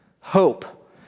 Hope